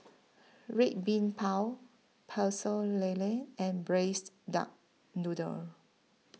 Red Bean Bao Pecel Lele and Braised Duck Noodle